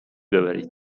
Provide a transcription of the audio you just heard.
ببرید